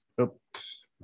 oops